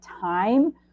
time